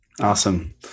Awesome